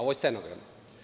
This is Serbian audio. Ovo je stenogram.